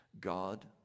God